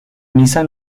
misa